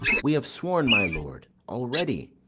we have sworn, my lord, already.